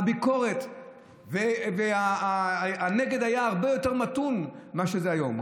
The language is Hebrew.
הביקורת והנגד היו הרבה יותר מתונים מאשר היום,